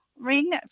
ring